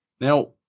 Now